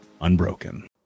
unbroken